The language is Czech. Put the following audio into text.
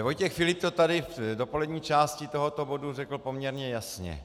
Vojtěch Filip to tady v dopolední části tohoto bodu řekl poměrně jasně.